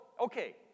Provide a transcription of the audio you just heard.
okay